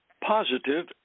positive